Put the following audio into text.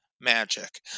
Magic